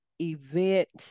events